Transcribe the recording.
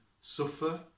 suffer